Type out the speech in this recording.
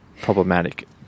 problematic